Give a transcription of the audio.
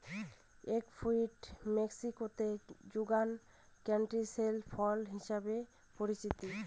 egg fruit মেক্সিকোতে যুগান ক্যান্টিসেল ফল হিসাবে পরিচিত